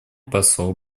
посол